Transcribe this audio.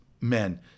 men